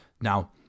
Now